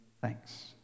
thanks